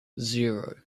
zero